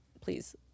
please